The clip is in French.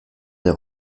des